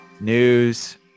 News